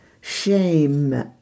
shame